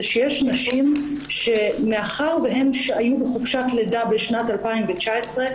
זה שיש נשים שמאחר והן היו בחופשת לידה בשנת 2019,